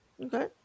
Okay